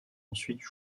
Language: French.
ensuite